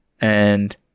and-